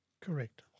Correct